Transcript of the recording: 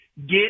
Get